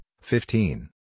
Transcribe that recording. fifteen